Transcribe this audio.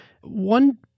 one